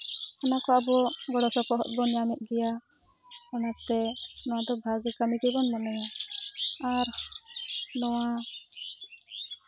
ᱚᱱᱟ ᱠᱚ ᱟᱵᱚ ᱜᱚᱲᱚᱥᱚᱯᱚᱦᱚᱫ ᱵᱚᱱ ᱧᱟᱢᱮᱜ ᱜᱮᱭᱟ ᱚᱱᱟᱛᱮ ᱱᱚᱣᱟ ᱫᱚ ᱵᱷᱟᱜᱮ ᱠᱟᱹᱢᱤ ᱜᱮᱵᱚᱱ ᱢᱚᱱᱮᱭᱟ ᱟᱨ ᱱᱚᱣᱟ